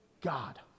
God